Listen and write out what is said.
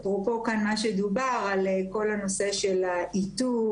אפרופו מה שדובר כאן על כל הנושא של האיתור